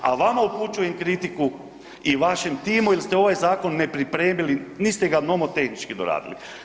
A vama upućujem kritiku i vašem timu jer ste ovaj zakon nepripremili niste ga nomotehnički doradili.